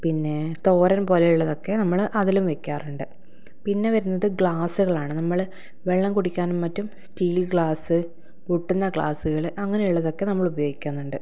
പിന്നെ തോരൻ പോലെയുള്ളതൊക്കെ നമ്മൾ അതിലും വെക്കാറുണ്ട് പിന്നെ വരുന്നത് ഗ്ലാസ്സുകളാണ് നമ്മൾ വെള്ളം കുടിക്കാനും മറ്റും സ്റ്റീൽ ഗ്ലാസ് പൊട്ടുന്ന ഗ്ലാസുകൾ അങ്ങനെയുള്ളതൊക്കെ നമ്മൾ ഉപയോഗിക്കുന്നുണ്ട്